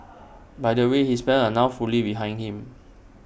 by the way his parents are now fully behind him